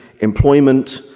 employment